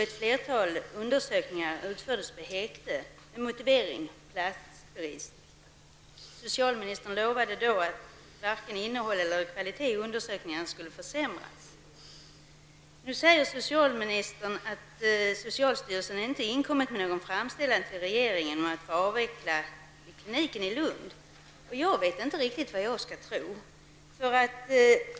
Ett flertal undersökningar utfördes på häkte, med motiveringen att platsbrist förelåg. Socialministern lovade då att varken innehåll eller kvalitet i undersökningarna skulle försämras. Nu säger socialministern att socialstyrelsen inte inkommit med någon framställan till regeringen om avveckling av kliniken i Lund. Jag vet inte riktigt vad jag skall tro.